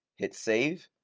hit save.